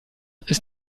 ist